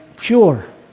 pure